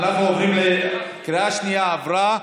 קריאה שנייה עברה.